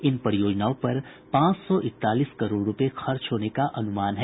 इन परियोजनाओं पर पांच सौ इकतालीस करोड़ रुपये खर्च होने का अनुमान है